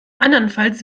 andernfalls